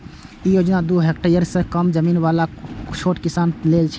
ई योजना दू हेक्टेअर सं कम जमीन बला छोट किसान लेल छै